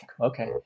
Okay